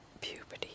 Puberty